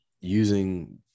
using